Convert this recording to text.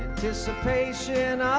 anticipation